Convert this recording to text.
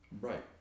Right